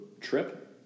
trip